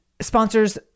Sponsors